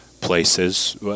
places